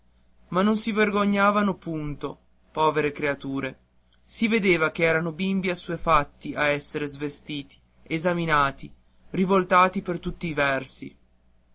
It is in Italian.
ma non si vergognavano punto povere creature si vedeva ch'eran bambini assuefatti a essere svestiti esaminati rivoltati per tutti i versi